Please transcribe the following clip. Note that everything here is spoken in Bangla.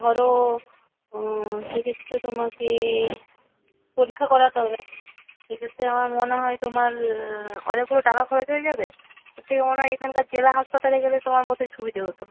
ধরো সেক্ষেত্রে তোমাকে পরীক্ষা করাতে হবে সেক্ষেত্রে আমার মনে হয় তোমার অনেকগুলো টাকা খরচ হয়ে যাবে তার থেকে মনে হয় এখানকার জেলা হাসপাতালে গেলে তোমার বোধ হয় সুবিধে হতো